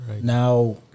Now